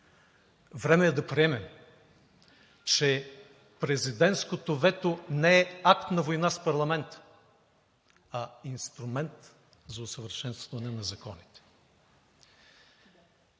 Време е да приемем, че президентското вето не е акт на война с парламента, а инструмент за усъвършенстването на законите.